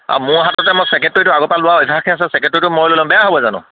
আৰু মোৰ হাততে মই চেক্ৰেটৰীটো আগৰ পৰা লোৱা অভ্যাসেই আছে চেক্ৰেটৰীটো মই লৈ লম বেয়া হ'ব জানো